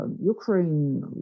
Ukraine